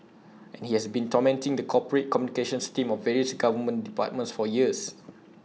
and he has been tormenting the corporate communications team of various government departments for years